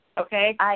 Okay